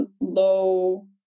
low